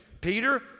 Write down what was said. Peter